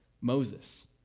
Moses